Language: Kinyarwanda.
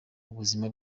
buzima